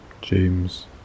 James